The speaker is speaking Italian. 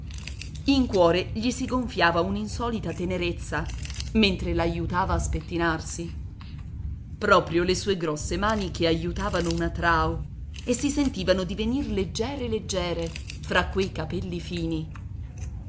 in cuore gli si gonfiava un'insolita tenerezza mentre l'aiutava a spettinarsi proprio le sue grosse mani che aiutavano una trao e si sentivano divenir leggere leggere fra quei capelli fini